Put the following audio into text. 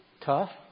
tough